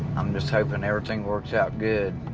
i'm just hoping everything works out good